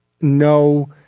No